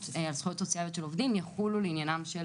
על זכויות סוציאליות של עובדים יחולו לעניינם של